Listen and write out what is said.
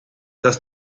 das